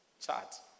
chat